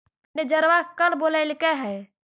मैनेजरवा कल बोलैलके है?